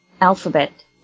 alphabet